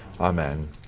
Amen